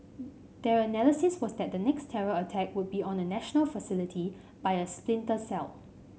their analysis was that the next terror attack would be on a national facility by a splinter cell